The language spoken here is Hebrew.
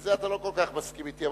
בזה אתה לא כל כך מסכים אתי.